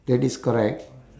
that is correct